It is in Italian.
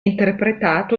interpretato